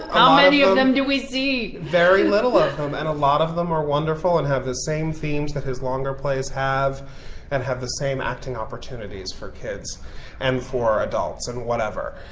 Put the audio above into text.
many of them do we see? matthew very little of them and a lot of them are wonderful and have the same themes that his longer plays have and have the same acting opportunities for kids and for adults and whatever.